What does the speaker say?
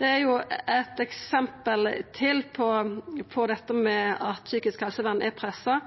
Det er eit eksempel til på dette med at psykisk helsevern er pressa.